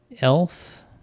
elf